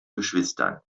geschwistern